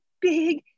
big